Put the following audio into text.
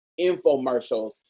infomercials